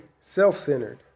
self-centered